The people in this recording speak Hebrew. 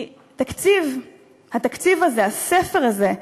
כי התקציב הזה, הספר הזה,